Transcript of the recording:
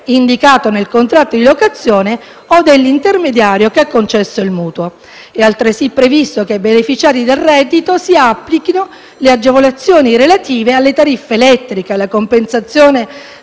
indicato nel contratto di locazione o dell'intermediario che ha concesso il mutuo. È altresì previsto che ai beneficiari del reddito di cittadinanza si applichino le agevolazioni relative alle tariffe elettriche e alla compensazione